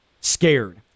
scared